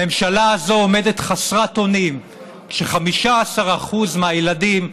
הממשלה הזאת עומדת חסרת אונים כש-15% מהילדים,